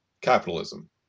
capitalism